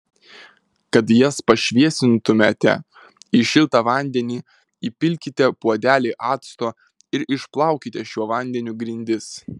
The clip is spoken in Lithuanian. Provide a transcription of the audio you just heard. kad jas pašviesintumėte į šiltą vandenį įpilkite puodelį acto ir išplaukite šiuo vandeniu grindis